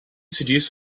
seduce